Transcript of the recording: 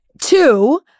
Two